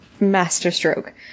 masterstroke